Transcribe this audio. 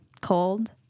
cold